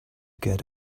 get